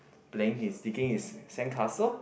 playing his digging his sand castle